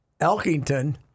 Elkington